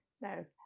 No